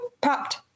popped